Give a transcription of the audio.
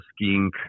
skiing